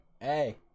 Hey